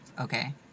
Okay